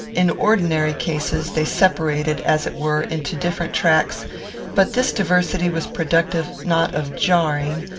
in ordinary cases, they separated, as it were, into different tracks but this diversity was productive not of jarring,